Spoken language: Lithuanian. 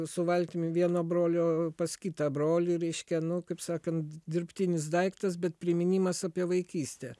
su valtimi vieno brolio pas kitą brolį reiškia nu kaip sakant dirbtinis daiktas bet priminimas apie vaikystę